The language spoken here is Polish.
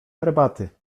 herbaty